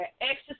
Exercise